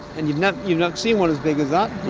and you've not you've not seen one as big as that.